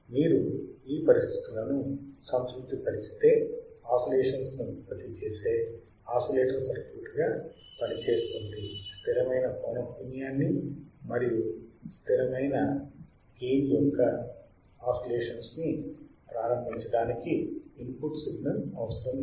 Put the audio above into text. మీరు ఈ పరిస్థితులను సంతృప్తిపరిస్తే ఆసిలేషన్స్ ని ఉత్పత్తి చేసే ఆసిలేటర్ సర్క్యూట్ గా పనిచేస్తుంది స్థిరమైన పౌనఃపున్యాన్ని మరియు గెయిన్ యొక్క స్థిరమైన ఆసిలేషన్స్ ని ప్రారంభించడానికి ఇన్పుట్ సిగ్నల్ అవసరం లేదు